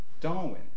Darwin